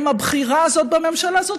עם הבחירה הזאת בממשלה הזאת,